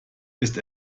ist